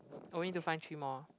oh we need to find three more